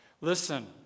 Listen